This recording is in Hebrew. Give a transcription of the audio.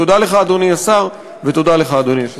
תודה לך, אדוני השר, ותודה לך, אדוני היושב-ראש.